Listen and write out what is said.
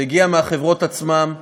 זה הגיע מהחברות עצמן,